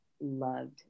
loved